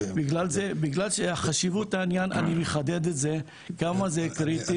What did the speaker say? בגלל חשיבות העניין אני מחדד את זה כמה זה קריטי.